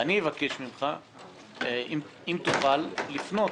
אני אבקש ממך אם תוכל לפנות